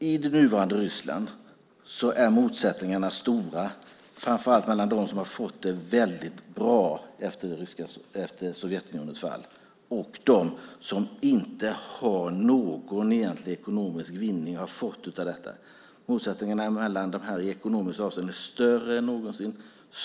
I det nuvarande Ryssland är motsättningarna stora, framför allt mellan dem som har fått det väldigt bra efter Sovjetunionens fall och dem som inte har fått någon egentlig ekonomisk vinning av detta. Motsättningarna mellan dem är i ekonomiskt avseende större än någonsin.